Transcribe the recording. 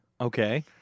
Okay